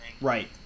Right